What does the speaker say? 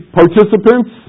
participants